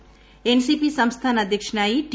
പ എൻസിപി സംസ്ഥാന അധ്യക്ഷനായി ടി